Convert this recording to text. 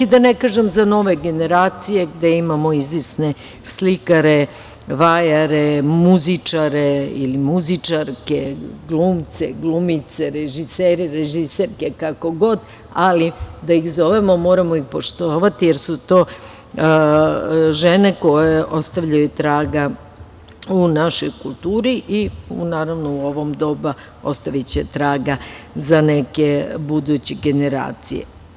Da ne kažem za nove generacije, gde imamo izvesne slikare, vajare, muzičare ili muzičarke, glumce, glumice, režisere, režiserke, kako god, ali da iz zovemo moramo ih poštovati jer su to žene koje ostavljaju traga u našoj kulturi i naravno u ovo doba ostaviće traga za neke buduće generacije.